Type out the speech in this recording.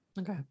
Okay